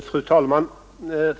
Fru talman!